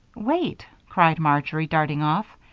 wait, cried marjory, darting off,